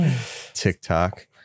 TikTok